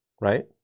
right